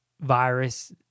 virus